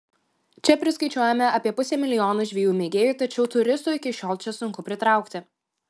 čia priskaičiuojame apie pusę milijono žvejų mėgėjų tačiau turistų iki šiol čia sunku pritraukti